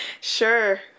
Sure